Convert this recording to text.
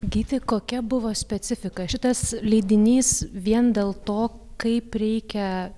gyti kokia buvo specifika šitas leidinys vien dėl to kaip reikia